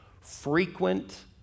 frequent